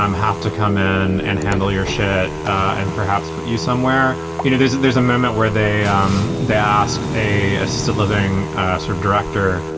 um have to come in and handle your shit and perhaps put you somewhere. you know, there's there's a moment where they um they ask a assisted living sort of director,